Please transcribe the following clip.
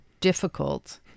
difficult